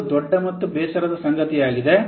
ಇದು ದೊಡ್ಡ ಮತ್ತು ಬೇಸರದ ಸಂಗತಿಯಾಗಿದೆ